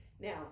Now